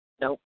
Nope